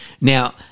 Now